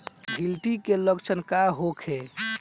गिलटी के लक्षण का होखे?